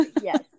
yes